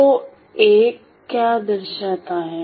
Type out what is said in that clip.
तो I क्या दर्शाता है